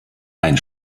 ein